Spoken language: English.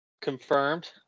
confirmed